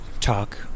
talk